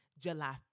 July